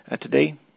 today